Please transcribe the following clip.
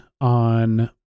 on